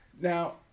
Now